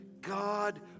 God